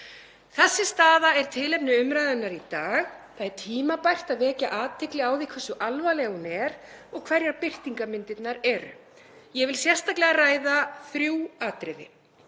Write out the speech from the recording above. Þessi staða er tilefni umræðunnar í dag. Það er tímabært að vekja athygli á því hversu alvarleg hún er og hverjar birtingarmyndirnar eru. Ég vil sérstaklega ræða þrjú atriði.